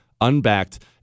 unbacked